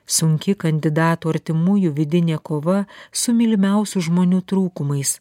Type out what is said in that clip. sunki kandidatų artimųjų vidinė kova su mylimiausių žmonių trūkumais